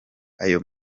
ayo